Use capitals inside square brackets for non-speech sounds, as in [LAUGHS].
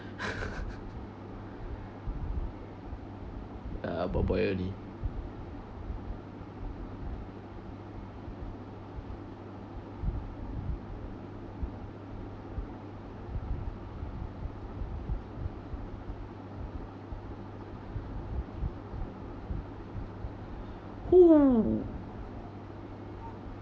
[LAUGHS] ya boy boy only [ho]